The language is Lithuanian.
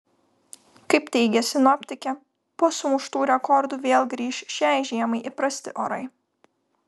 kaip teigia sinoptikė po sumuštų rekordų vėl grįš šiai žiemai įprasti orai